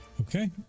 Okay